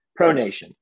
pronation